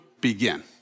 begin